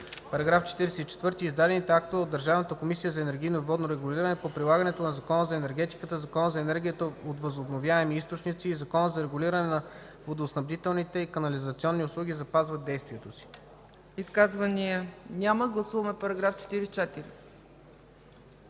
§ 44: „§ 44. Издадените актове от Държавната комисия за енергийно и водно регулиране по прилагането на Закона за енергетиката, Закона за енергията от възобновяеми източници и Закона за регулиране на водоснабдителните и канализационните услуги запазват действието си.” ПРЕДСЕДАТЕЛ ЦЕЦКА ЦАЧЕВА: Изказвания?